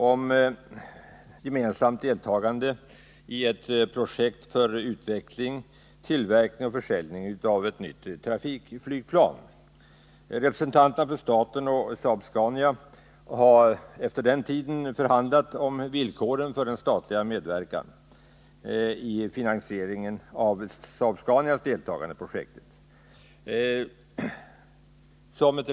om gemensamt deltagande i ett projekt för utveckling, tillverkning och försäljning av ett nytt trafikflygplan. Representanter för staten och Saab-Scania har efter den tiden förhandlat om villkoren för den statliga medverkan i finansieringen av Saab-Scanias deltagande i projektet.